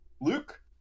Luke